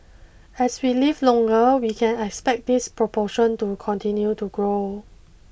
as we live longer we can expect this proportion to continue to grow